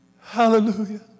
Hallelujah